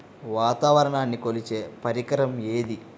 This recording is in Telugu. వాతావరణాన్ని కొలిచే పరికరం ఏది?